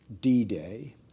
D-Day